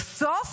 בסוף